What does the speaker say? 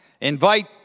Invite